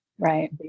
Right